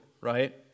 right